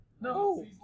No